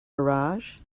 garage